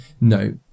No